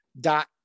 dot